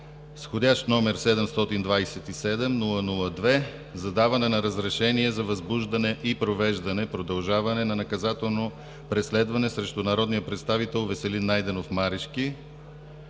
С вх. № 727-00-2 - за даване на разрешение за възбуждане и провеждане продължаване на наказателно преследване срещу народния представител Веселин Найденов Марешки,